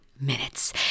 minutes